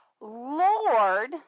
Lord